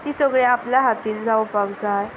तीं सगळीं आपल्या हातान जावपाक जाय